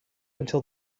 until